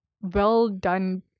well-done